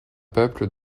peuples